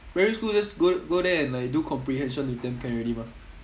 primary school just go go there and like do comprehension with them can already mah